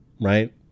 right